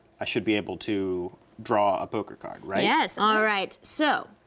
i should be able to draw a poker card, right? yes, alright, so,